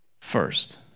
first